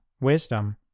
Wisdom